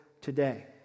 today